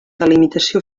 delimitació